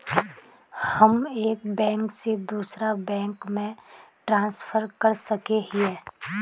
हम एक बैंक से दूसरा बैंक में ट्रांसफर कर सके हिये?